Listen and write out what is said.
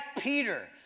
Peter